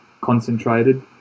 concentrated